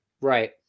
Right